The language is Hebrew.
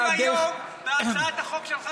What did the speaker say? אם היום בהצעת החוק שלך,